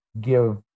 give